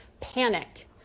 panic